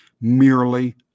merely